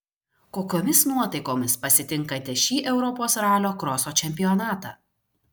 kokiomis nuotaikomis pasitinkate šį europos ralio kroso čempionatą